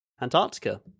Antarctica